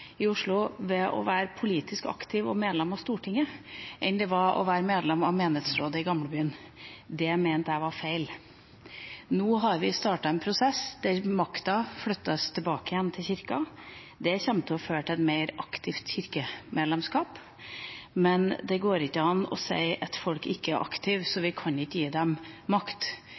i Oslo ved å være politisk aktiv og medlem av Stortinget enn ved å være medlem av menighetsrådet i Gamlebyen. Det mente jeg var feil. Nå har vi startet en prosess der makta flyttes tilbake igjen til Kirka. Det kommer til å føre til et mer aktivt kirkemedlemskap. Men det går ikke an å si at folk ikke er aktive, så